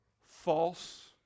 False